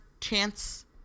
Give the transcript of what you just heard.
chance